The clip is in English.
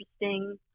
interesting